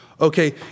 Okay